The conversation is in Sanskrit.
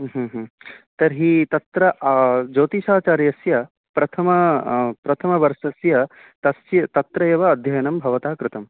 ह्म् ह्म् ह्म् तर्हि तत्र ज्योतिषाचार्यस्य प्रथम प्रथमवर्षस्य तस्य तत्रैव अध्ययनं भवता कृतं